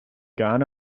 gone